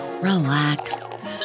relax